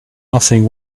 nothing